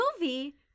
movie